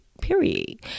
period